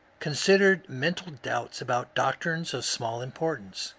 considered mental doubts about doctrines of small importance.